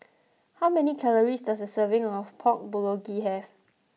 how many calories does a serving of Pork Bulgogi have